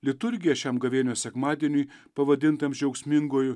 liturgija šiam gavėnios sekmadieniui pavadintam džiaugsminguoju